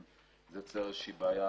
אם זה יוצר איזושהי בעיה,